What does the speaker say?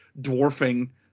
dwarfing